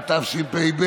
התשפ"ב